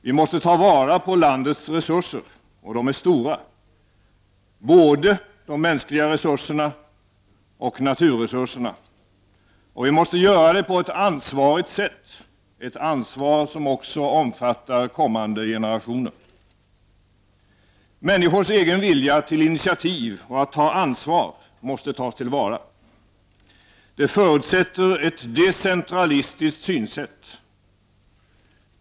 Vi måste ta vara på landets resurser — och de är stora —, både de mänskliga resurserna och naturresurser, på ett ansvarigt sätt. Detta ansvar omfattar också kommande generationer. Människors egen vilja till initiativ och att ta ansvar måste tas till vara. Det förutsätter ett decentralistiskt synsätt.